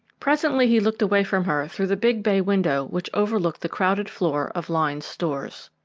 presently he looked away from her through the big bay window which overlooked the crowded floor of lyne's stores.